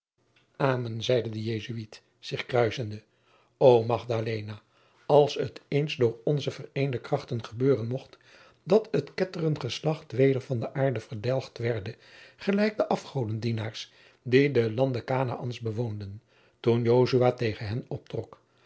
amen zeide de jesuit zich kruissende o magdalena als het eens door onze vereende krachten gebeuren mocht dat het ketterengeslacht weder van de aarde verdelgd werde gelijk de afgodendienaars die den lande canaäns bewoonden toen josua tegen hen optrok